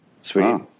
Sweet